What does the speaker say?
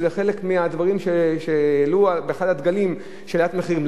שזה חלק מהדברים שהעלו באחד הדגלים של עליית מחירים,